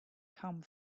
come